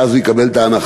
ואז הוא יקבל את ההנחה.